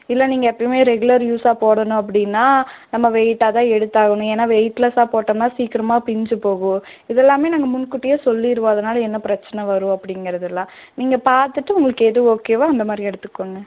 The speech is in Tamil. இல்லை நீங்கள் எப்பயுமே ரெகுலர் யூஸாக போடணும் அப்படின்னால் நம்ம வெயிட்டாக தான் எடுத்தாகணும் ஏன்னால் வெயிட்லெஸ்ஸாக போட்டோம்னால் சீக்கிரமா பிஞ்சு போகும் இது எல்லாமே நாங்கள் முன்கூட்டியே சொல்லிடுவோம் அதனால என்ன பிரச்சின வரும் அப்படிங்கறதெல்லாம் நீங்கள் பார்த்துட்டு உங்களுக்கு எது ஓகேவோ அந்த மாதிரி எடுத்துக்கோங்க